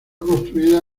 construido